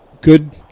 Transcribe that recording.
good